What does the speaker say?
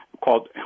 called